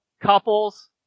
couples